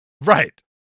Right